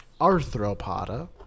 Arthropoda